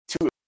Two